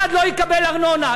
אחד לא יקבל ארנונה,